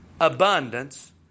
abundance